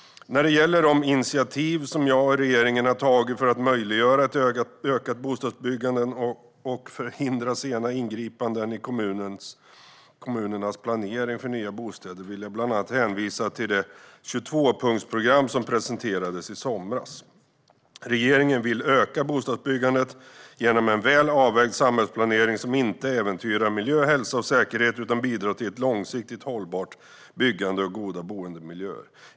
När det gäller de initiativ som jag och regeringen har tagit för att möjliggöra ett ökat bostadsbyggande och förhindra sena ingripanden i kommunernas planering för nya bostäder vill jag bland annat hänvisa till det 22-punktsprogram som presenterades i somras. Regeringen vill öka bostadsbyggandet genom en väl avvägd samhällsplanering som inte äventyrar miljö, hälsa eller säkerhet utan bidrar till ett långsiktigt hållbart byggande och goda boendemiljöer.